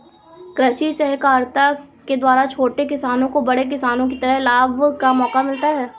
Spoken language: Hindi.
कृषि सहकारिता के द्वारा छोटे किसानों को बड़े किसानों की तरह लाभ का मौका मिलता है